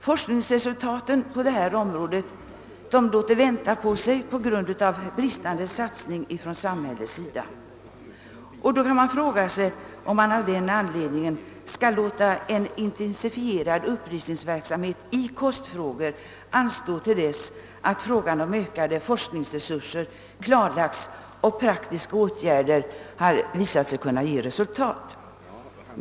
Forskningsresultaten låter vänta på sig på grund av bristande satsning från samhällets sida. Skall vi då låta en intensifierad upplysningsverksamhet i kostfrågor anstå tills frågan om ökade forskningsresurser har klarlagts och praktiska åtgärder har visat sig kunna ge resultat?